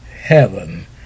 heaven